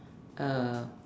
uh